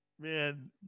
Man